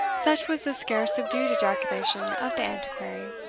such was the scarce-subdued ejaculation of the antiquary.